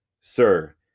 Sir